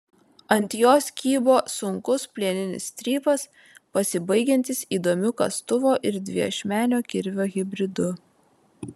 ant jos kybo sunkus plieninis strypas pasibaigiantis įdomiu kastuvo ir dviašmenio kirvio hibridu